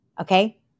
Okay